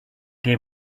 they